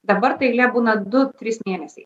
dabar ta eilė būna du trys mėnesiai